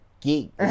Geek